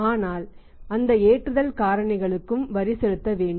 ஆனால் அந்த ஏற்றுதல் காரணிகளுக்கும் வரி செலுத்த வேண்டும்